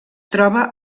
troba